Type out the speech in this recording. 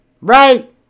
right